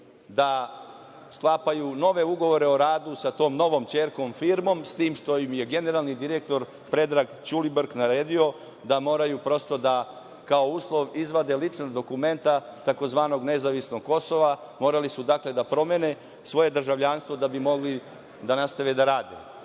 da sklapaju nove ugovore o radu sa tom novom kćerkom firmom, s tim što im je generalni direktor Predrag Ćulibrk naredio da moraju prosto da kao uslov izvade lična dokumenta tzv. nezavisnog kosova. Morali su dakle da promene svoje državljanstvo da bi mogli da nastave da